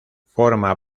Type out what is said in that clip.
forma